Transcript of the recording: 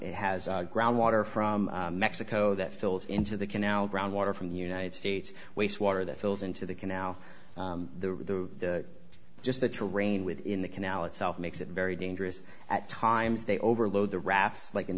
it has groundwater from mexico that fills into the canal groundwater from the united states waste water that falls into the canal the just the terrain within the canal itself makes it very dangerous at times they overload the rafts like in